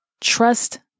Trust